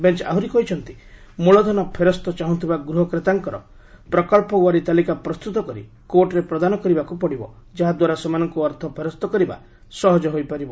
bench ଆହୁରି କହିଛନ୍ତି ମୂଳଧନ ଫେରସ୍ତ ଚାହୁଥିବା ଗୃହ କ୍ରେତାଙ୍କର ପ୍ରକଳ୍ପୱାରୀ ତାଲିକା ପ୍ରସ୍ତୁତ କରି କୋର୍ଟରେ ପ୍ରଦାନ କରିବାକୁ ପଡ଼ିବ ଯାହାଦ୍ୱାରା ସେମାନଙ୍କୁ ଅର୍ଥ ଫେରସ୍ତ କରିବା ସହଜ ହୋଇପାରିବ